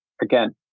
Again